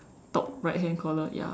top right hand corner ya